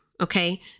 Okay